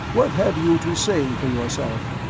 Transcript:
what have you to say for yourself?